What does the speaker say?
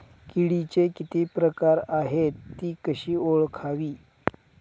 किडीचे किती प्रकार आहेत? ति कशी ओळखावी?